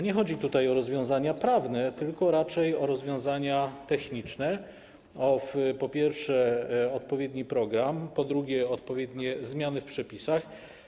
Nie chodzi tutaj o rozwiązania prawne, tylko raczej o rozwiązania techniczne: po pierwsze, o odpowiedni program, po drugie, o odpowiednie zmiany w przepisach.